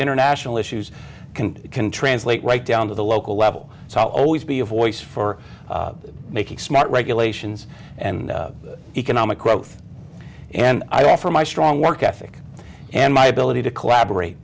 international issues can translate right down to the local level so i'll always be a voice for making smart regulations and economic growth and i offer my strong work ethic and my ability to collaborate